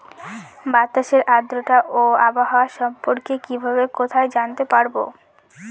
বাতাসের আর্দ্রতা ও আবহাওয়া সম্পর্কে কিভাবে কোথায় জানতে পারবো?